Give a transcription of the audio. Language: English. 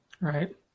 Right